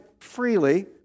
freely